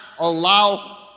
allow